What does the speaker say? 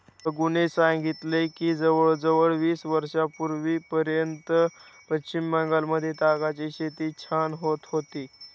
रघूने सांगितले की जवळजवळ वीस वर्षांपूर्वीपर्यंत पश्चिम बंगालमध्ये तागाची शेती छान होत होती